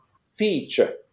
feature